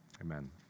amen